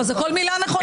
כל מילה נכונה.